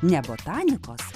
ne botanikos